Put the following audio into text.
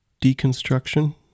deconstruction